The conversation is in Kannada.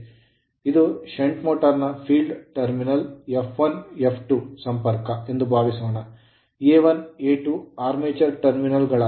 ಇದು shunt motor ಷಂಟ್ ಮೋಟರ್ ನ ಫೀಲ್ಡ್ ಟರ್ಮಿನಲ್ F1 F2 ಸಂಪರ್ಕ ಎಂದು ಭಾವಿಸೋಣ A1 A2 armature terminal armature terminal ಗಳಾಗಿವೆ